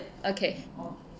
okay